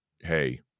Hey